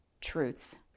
truths